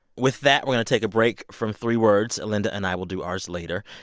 with that, we're going to take a break from three words. linda and i will do ours later.